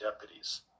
deputies